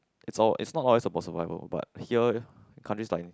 is all is not always about survival but here leh country like